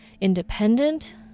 independent